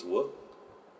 work